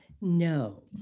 No